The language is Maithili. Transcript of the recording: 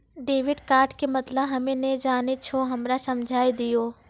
डेबिट कार्ड के मतलब हम्मे नैय जानै छौ हमरा समझाय दियौ?